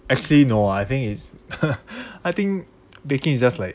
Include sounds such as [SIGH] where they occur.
actually no I think is [LAUGHS] I think baking is just like